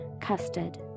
custard